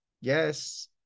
yes